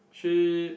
she